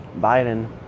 Biden